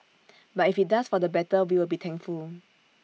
but if IT does for the better we will be thankful